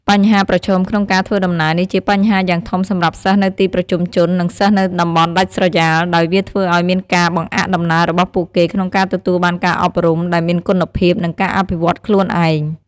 បញ្ហាប្រឈមក្នុងការធ្វើដំណើរនេះជាបញ្ហាយ៉ាងធំសម្រាប់សិស្សនៅទីប្រជុំជន និងសិស្សនៅតំបន់ដាច់ស្រយាល ដោយវាធ្វើអោយមានការបង្អាក់ដំណើររបស់ពួកគេក្នុងការទទួលបានការអប់រំដែលមានគុណភាព និងការអភិវឌ្ឍន៍ខ្លួនឯង។